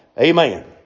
Amen